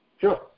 Sure